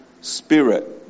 spirit